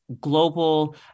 global